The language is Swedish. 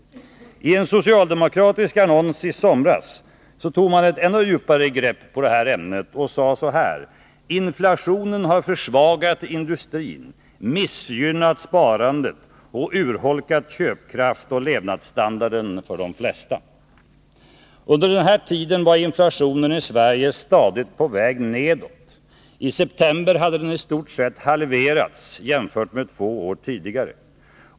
Ien socialdemokratisk annons i somras tog man ett ännu djupare grepp på ämnet: ”Inflationen har försvagat industrin, missgynnat sparandet och urholkat köpkraften och levnadsstandarden för de flesta.” Under den här tiden var inflationen i Sverige stadigt på väg nedåt. I september hade den i stort sett halverats jämfört med två år tidigare.